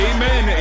Amen